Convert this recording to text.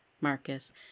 Marcus